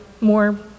more